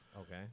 Okay